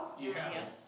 Yes